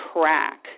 track